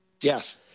Yes